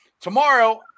Tomorrow